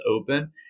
open